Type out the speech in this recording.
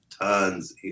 tons